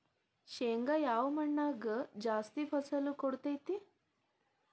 ಶೇಂಗಾ ಯಾವ ಮಣ್ಣಾಗ ಜಾಸ್ತಿ ಫಸಲು ಕೊಡುತೈತಿ?